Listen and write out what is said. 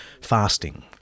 fasting